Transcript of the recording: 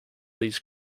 these